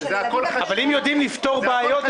אבל אנחנו צריכים מספר ימים לכך.